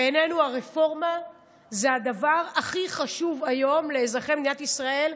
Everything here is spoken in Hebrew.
בעינינו הרפורמה זה הדבר הכי חשוב היום לאזרחי מדינת ישראל,